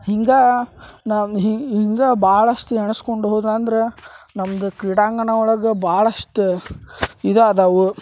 ಹಿಂಗೆ ನಮ್ಮ ಹಿಂಗೆ ಭಾಳಷ್ಟು ಎಣಿಸ್ಕೊಂಡು ಹೋದು ಅಂದರೆ ನಮ್ದು ಕ್ರೀಡಾಂಗಣ ಒಳಗೆ ಭಾಳಷ್ಟು ಇದು ಅದಾವು